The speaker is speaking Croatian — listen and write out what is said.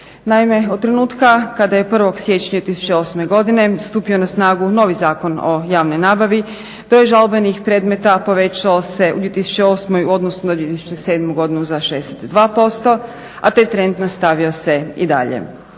Naime, od trenutka kada je 1. siječnja 2008. godine stupio na snagu novi Zakon o javnoj nabavi broj žalbenih predmeta povećao se u 2008. u odnosu na 2007. godinu za 62%, a taj trend nastavio se i dalje.